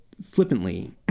flippantly